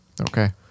Okay